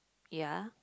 ya